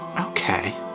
Okay